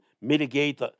mitigate